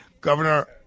Governor